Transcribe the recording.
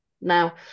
Now